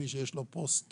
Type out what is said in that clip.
מי שיש לו פוסט-טראומה